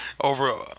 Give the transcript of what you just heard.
over –